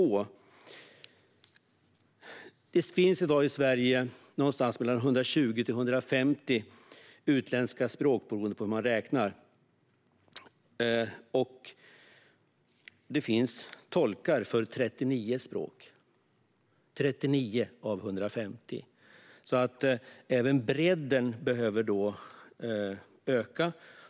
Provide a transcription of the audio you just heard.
I Sverige finns det i dag 120-150 utländska språk, beroende på hur man räknar. Det finns tolkar för 39 språk. Även bredden behöver alltså öka.